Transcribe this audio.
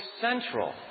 central